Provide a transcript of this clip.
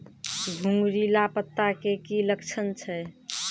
घुंगरीला पत्ता के की लक्छण छै?